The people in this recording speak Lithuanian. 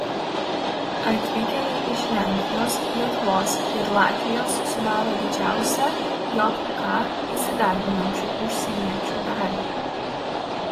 atvykėliai iš lenkijos lietuvos ir latvijos sudaro didžiausią jk įsidarbinančių užsieniečių dalį